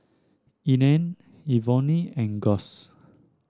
Ena Evonne and Gus